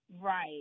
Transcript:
Right